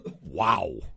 Wow